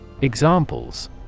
Examples